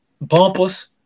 bumpers